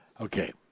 Okay